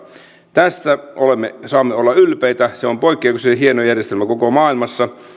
tästä saamme olla ylpeitä se on poikkeuksellisen hieno järjestelmä koko maailmassa